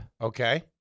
Okay